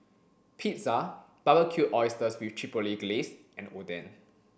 Pizza Barbecued Oysters with Chipotle Glaze and Oden